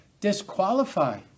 disqualify